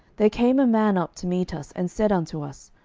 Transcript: there came a man up to meet us, and said unto us,